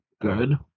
good